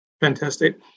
Fantastic